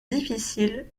difficile